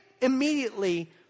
immediately